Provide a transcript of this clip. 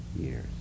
years